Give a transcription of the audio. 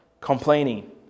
complaining